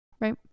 right